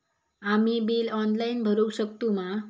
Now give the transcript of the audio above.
आम्ही bill online भरुक शकतू मा?